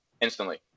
instantly